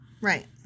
Right